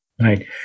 Right